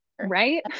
right